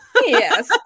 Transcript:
yes